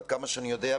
עד כמה שאני יודע,